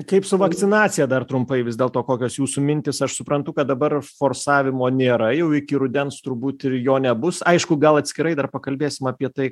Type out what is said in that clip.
kaip su vakcinacija dar trumpai vis dėlto kokios jūsų mintys aš suprantu kad dabar forsavimo nėra jau iki rudens turbūt ir jo nebus aišku gal atskirai dar pakalbėsim apie tai